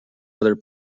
other